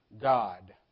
God